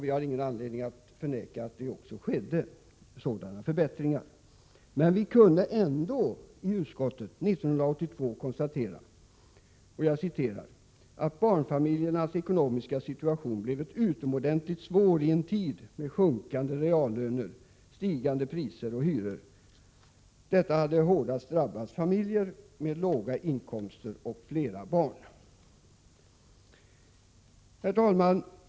Vi har ingen anledning att förneka att det skedde sådana förbättringar, men vi kunde ändå i utskottet 1982 konstatera ”att barnfamiljernas ekonomiska situation blivit utomordentligt svår i en tid med sjunkande reallöner, stigande priser och hyror. Detta hade hårdast drabbat familjer med låga inkomster och flera barn.” Herr talman!